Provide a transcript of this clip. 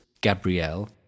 Gabrielle